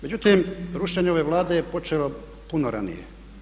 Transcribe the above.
Međutim, rušenje ove Vlade je počelo puno ranije.